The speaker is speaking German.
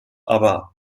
aber